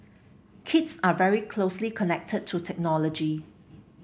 kids are very closely connected to technology